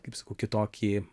kaip sakau kitokį